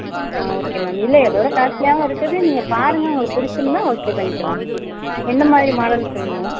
ஆ okay ma'am இல்லை இதோட ஃபேன்சியாகவும் இருக்குது நீங்கள் பாருங்கள் உங்களுக்கு பிடிச்சிருந்தா ஓகே பண்ணிக்கிலாம் எந்தமாதிரி மாடல்ஸ் சொல்லுங்கள் மேம்